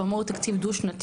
שהוא אמור להיות תקציב דו-שנתי,